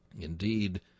Indeed